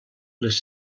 les